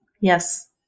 yes